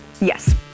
Yes